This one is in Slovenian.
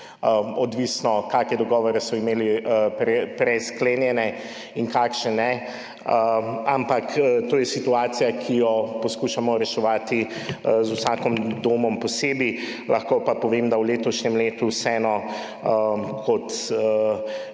od tega, kakšne dogovore so imeli sklenjene prej in kakšne ne, ampak to je situacija, ki jo poskušamo reševati z vsakim domom posebej, lahko pa povem, da v letošnjem letu vseeno kot